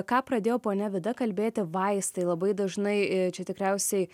ką pradėjo ponia vida kalbėti vaistai labai dažnai i čia tikriausiai